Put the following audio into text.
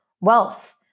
wealth